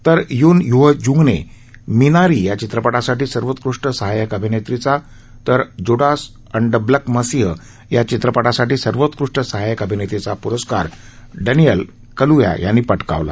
तर Youn Yuh जुंगने Minari चित्रप साठी सर्वोत्कृष् सहाय्यक अभिनेत्रीचा Judas and the black Messiah या चित्रप साठी सर्वोत्कृष् सहाय्यक अभिनेत्याचा प्रस्कार डनिएल कल्या याने प कावला